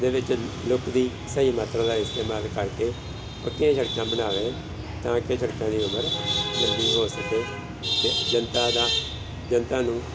ਦੇ ਵਿੱਚ ਲੁੱਕ ਦੀ ਸਹੀ ਮਾਤਰਾ ਦਾ ਇਸਤੇਮਾਲ ਕਰਕੇ ਪੱਕੀਆਂ ਸੜਕਾਂ ਬਣਾਵੇ ਤਾਂ ਕਿ ਸੜਕਾਂ ਦੀ ਉਮਰ ਲੰਬੀ ਹੋ ਸਕੇ ਅਤੇ ਜਨਤਾ ਦਾ ਜਨਤਾ ਨੂੰ